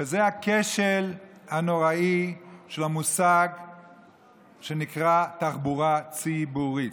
וזה הכשל הנוראי של המושג שנקרא "תחבורה ציבורית".